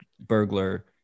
burglar